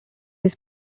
his